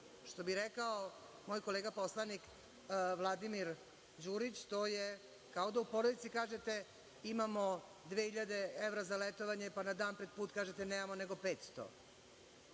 što bi rekao moj kolega poslanik Vladimir Đurić, to je kao da u porodici kažete imamo dve hiljade evra za letovanje, pa na dan pred put kažete – nemamo, nego 500.Da